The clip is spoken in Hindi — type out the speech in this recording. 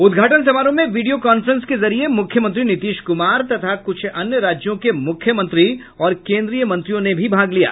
उद्घाटन समारोह में वीडियो कांफ्रेंस के जरिये मुख्यमंत्री नीतीश कुमार तथा कुछ अन्य राज्यों के मुख्यमंत्री तथा केंद्रीय मंत्री ने भी भाग लिया